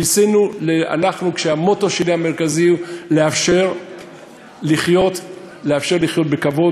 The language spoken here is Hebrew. המוטו המרכזי שלי הוא לאפשר לחיות בכבוד,